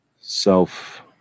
self